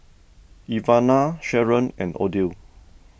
Ivana Sheron and Odell